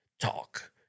talk